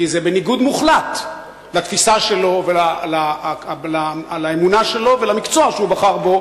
כי זה בניגוד מוחלט לתפיסה שלו ולאמונה שלו ולמקצוע שהוא בחר בו,